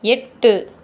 எட்டு